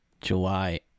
july